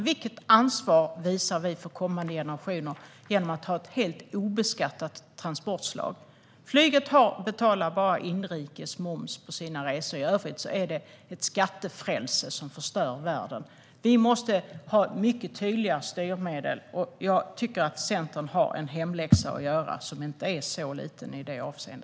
Vilket ansvar visar vi för kommande generationer om vi har ett helt obeskattat transportslag? Flyget betalar bara inrikes moms på sina resor. I övrigt är det ett skattefrälse som förstör världen. Vi måste ha mycket tydliga styrmedel. Jag tycker att Centern har en hemläxa att göra, och den är inte liten i detta avseende.